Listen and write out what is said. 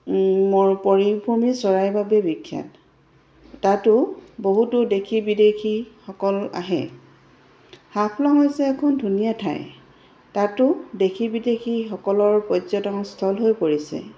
পৰিভ্ৰমি চৰাইৰ বাবে বিখ্যাত তাতো বহুতো দেশী বিদেশীসকল আহে হাফলং হৈছে এখন ধুনীয়া ঠাই তাতো দেশী বিদেশীসকলৰ পৰ্যটন স্থল হৈ পৰিছে